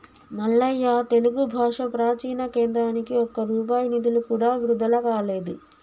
మల్లయ్య తెలుగు భాష ప్రాచీన కేంద్రానికి ఒక్క రూపాయి నిధులు కూడా విడుదల కాలేదు